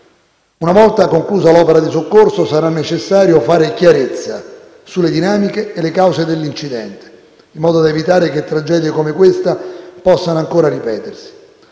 Una volta conclusa l'opera di soccorso sarà necessario fare chiarezza sulle dinamiche e le cause dell'incidente in modo da evitare che tragedie come questa possano ancora ripetersi.